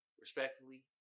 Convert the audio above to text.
Respectfully